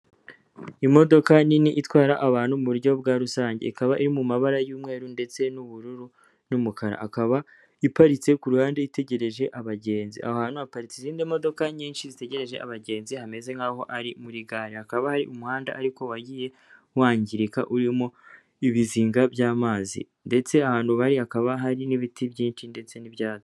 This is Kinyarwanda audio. Imodoka nini itwara abantu mu buryo bwa rusange, ikaba iri mu mabara y'umweru ndetse n'ubururu, n'umukara. Akaba iparitse ku ruhande itegereje abagenzi. Aho hantu haparitse izindi modoka nyinshi zitegereje abagenzi hameze nk'aho ari muri gare. Hakaba hari umuhanda ariko wagiye wangirika urimo ibizinga by'amazi. Ndetse ahantu bari hakaba hari n'ibiti byinshi, ndetse n'ibyatsi.